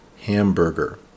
Hamburger